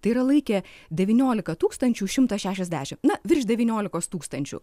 tai yra laikė devyniolika tūkstančių šimtas šešiasdešim na virš devyniolikos tūkstančių